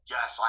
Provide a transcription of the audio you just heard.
Yes